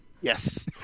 Yes